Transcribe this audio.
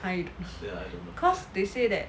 I don't know because they say that